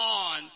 on